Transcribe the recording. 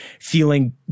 feeling